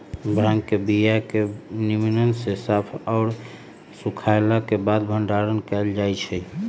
भांग के बीया के निम्मन से साफ आऽ सुखएला के बाद भंडारण कएल जाइ छइ